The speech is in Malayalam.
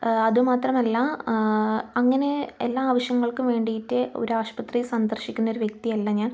അതുമാത്രമല്ല അങ്ങനെ എല്ലാ ആവശ്യങ്ങൾക്കും വേണ്ടിയിട്ട് ഒരു ആശുപത്രി സന്ദർശിക്കുന്ന ഒരു വ്യക്തിയല്ല ഞാൻ